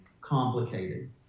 complicated